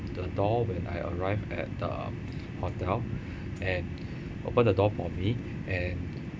the door when I arrived at the hotel and opened the door for me and